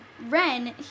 Ren